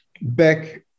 Beck